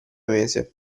mese